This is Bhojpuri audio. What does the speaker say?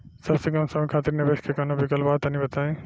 सबसे कम समय खातिर निवेश के कौनो विकल्प बा त तनि बताई?